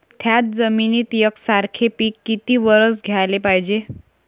थ्याच जमिनीत यकसारखे पिकं किती वरसं घ्याले पायजे?